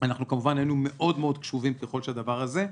אנחנו כמובן היינו מאוד-מאוד קשובים לדבר הזה.